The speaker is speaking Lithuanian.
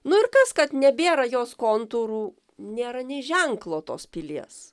nu ir kas kad nebėra jos kontūrų nėra nė ženklo tos pilies